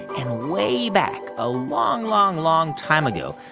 and way back, a long, long, long time ago,